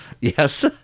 Yes